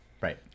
Right